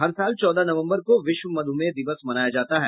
हर साल चौदह नवम्बर को विश्व मधुमेह दिवस मनाया जाता है